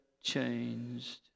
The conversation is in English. changed